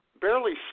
barely